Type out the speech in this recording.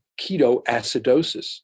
ketoacidosis